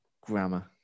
grammar